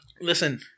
Listen